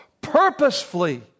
purposefully